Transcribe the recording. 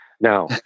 Now